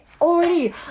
already